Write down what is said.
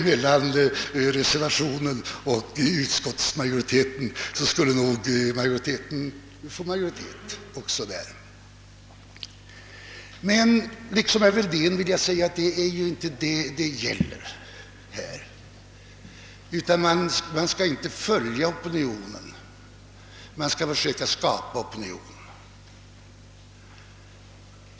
— mellan reservanternas förslag och majoritetens förslag, så skulle nog majoritetens förslag vinna. Men liksom herr Wedén: vill jag säga: Det är ju inte detta det gäller. Vi skall inte följa opinionen — vi skall skapa opinion.